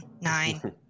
Nine